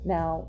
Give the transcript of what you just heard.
Now